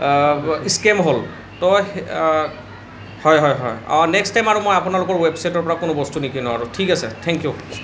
scam হ'ল তো হয় হয় হয় নেক্সট টাইম আৰু মই আপোনালোকৰ ৱেবছাইটৰ পৰা কোনো বস্তু নিকিনো আৰু ঠিক আছে থেংক ইউ